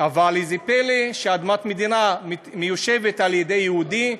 אבל איזה פלא, אדמת מדינה מיושבת על ידי יהודי,